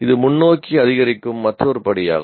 இது முன்னோக்கி அதிகரிக்கும் மற்றொரு படியாகும்